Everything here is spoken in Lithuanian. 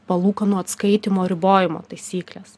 palūkanų atskaitymo ribojimo taisyklės